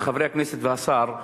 עם חברי הכנסת והשר,